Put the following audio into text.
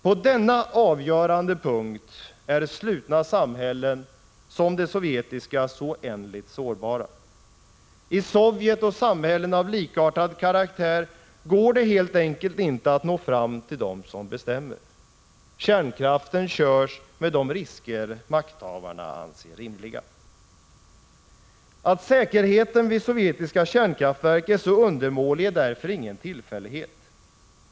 På denna avgörande punkt är slutna samhällen — som det sovjetiska — så oändligt sårbara. I Sovjet och samhällen av likartad karaktär går det helt enkelt inte att nå fram till dem som bestämmer. Kärnkraften körs med de risker makthavarna anser rimliga. Att säkerheten vid sovjetiska kärnkraftverk är så undermålig är därför ingen tillfällighet.